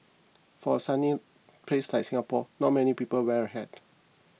for a sunny place like Singapore not many people wear a hat